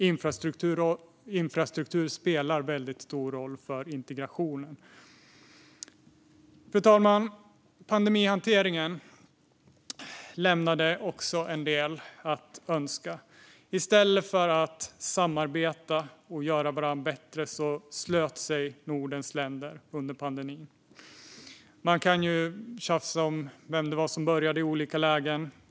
Infrastruktur spelar väldigt stor roll för integration. Fru talman! Pandemihanteringen lämnade också en del i övrigt att önska. I stället för att samarbeta och göra varandra bättre slöt sig Nordens länder under pandemin. Man kan tjafsa om vem som började i olika lägen.